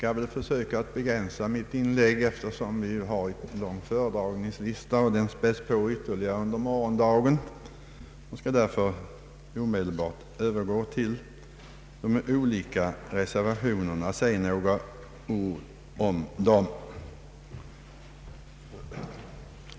Jag skall försöka begränsa mitt inlägg, eftersom vi har en lång föredragningslista, vilken späds på ytterligare under morgondagen. Jag skall därför omedelbart övergå till att säga några ord om reservationerna.